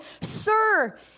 sir